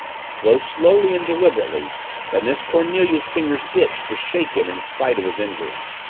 so slowly and deliberately that miss cornelia's fingers itched to shake him in spite of his injuries.